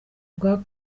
bwa